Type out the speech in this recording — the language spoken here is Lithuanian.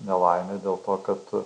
nelaimė dėl to kad